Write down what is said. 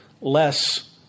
less